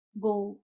go